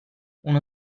uno